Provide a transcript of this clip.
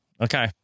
okay